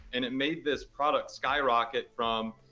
and it made this product skyrocket from,